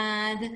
האחת,